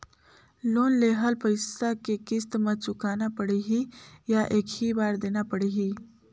Loan लेहल पइसा के किस्त म चुकाना पढ़ही या एक ही बार देना पढ़ही?